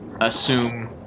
assume